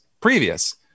previous